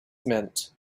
meant